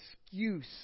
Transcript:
excuse